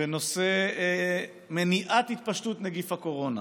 בנושא מניעת התפשטות נגיף הקורונה,